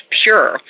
pure